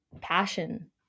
passion